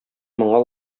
моңа